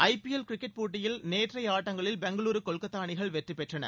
IPL cricket போட்டியில் நேற்றைய ஆட்டங்களில் பெங்களுரு கொல்கத்தா அணிகள் வெற்றி பெற்றன